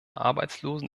arbeitslosen